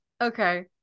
Okay